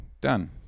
Done